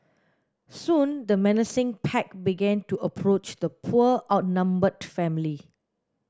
soon the menacing pack began to approach the poor outnumbered family